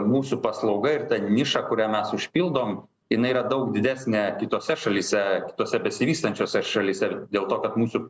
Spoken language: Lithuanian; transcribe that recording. mūsų paslauga ir ta niša kuria mes užpildom jinai yra daug didesnė kitose šalyse kitose besivystančiose šalyse dėl to kad mūsų